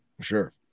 sure